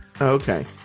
okay